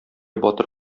батыр